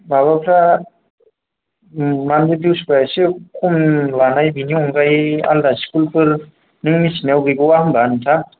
माबाफ्रा ओम मान्थलि दिउसफ्रा एसे खम लानाय बेनि अनगायै आलदा स्कुलफोर नों मिथिनायाव गैबावा होनबाय नोंथां